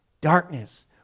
darkness